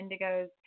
indigos